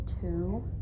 two